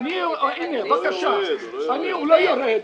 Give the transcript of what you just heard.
הוא לא יורד.